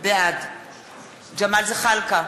בעד ג'מאל זחאלקה,